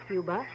Cuba